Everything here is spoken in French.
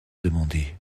demandé